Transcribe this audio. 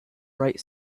bright